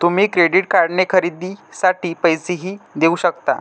तुम्ही क्रेडिट कार्डने खरेदीसाठी पैसेही देऊ शकता